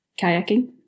kayaking